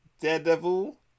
Daredevil